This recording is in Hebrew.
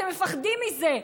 אתם מפחדים מזה.